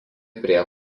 prie